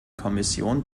kommission